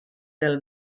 del